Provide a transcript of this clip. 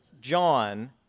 John